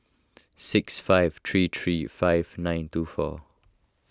six five three three five nine two four